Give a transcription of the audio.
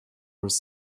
was